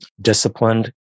disciplined